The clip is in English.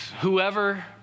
Whoever